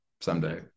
someday